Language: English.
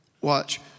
watch